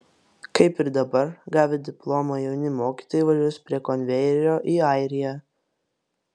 kaip ir dabar gavę diplomą jauni mokytojai važiuos prie konvejerio į airiją